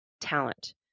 talent